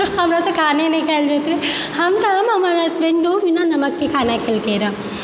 हमरासँ खेनाइ नहि खायल जाइत रहै हम तऽ हम हमर हसबैण्डो बिना नमककेँ खेनाइ खेलखिन